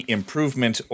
Improvement